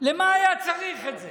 למה היה צריך את זה?